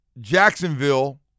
Jacksonville